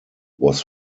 was